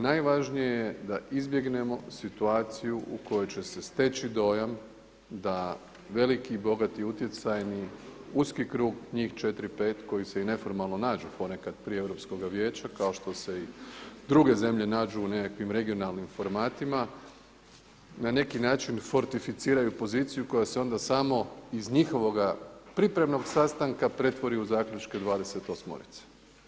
Najvažnije je da izbjegnemo situaciju u kojoj će se steći dojam da veliki bogati utjecajni uski krug njih 4, 5 koji se i neformalno nađu prije Europskoga vijeća kao što se i druge zemlje nađu u nekakvim regionalnim formatima na neki način fortificiraju poziciju koja se onda samo iz njihovoga pripremnog sastanka pretvori u zaključke dvadeset osmorice.